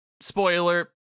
spoiler